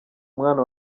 umwana